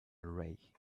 ray